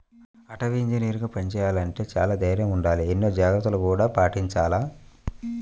అటవీ ఇంజనీరుగా పని చెయ్యాలంటే చానా దైర్నం ఉండాల, ఎన్నో జాగర్తలను గూడా పాటించాల